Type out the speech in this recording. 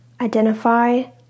Identify